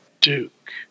Duke